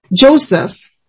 Joseph